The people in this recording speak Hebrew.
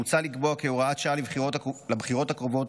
מוצע לקבוע כהוראת שעה לבחירות הקרובות